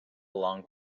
long